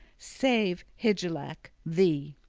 save, hygelac, thee!